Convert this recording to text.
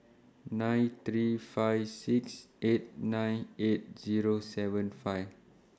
nine three five six eight nine eight Zero seven five